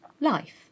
life